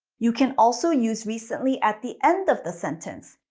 you can also use recently at the end of the sentence.